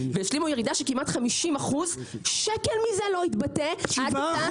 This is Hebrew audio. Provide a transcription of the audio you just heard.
והשלימו ירידה של כמעט 50%. שקל מזה לא התבטא --- 7%.